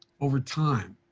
over time,